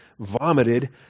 vomited